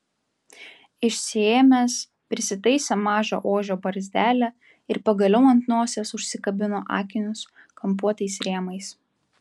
išsiėmęs prisitaisė mažą ožio barzdelę ir pagaliau ant nosies užsikabino akinius kampuotais rėmais